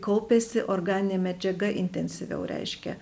kaupiasi organinė medžiaga intensyviau reiškia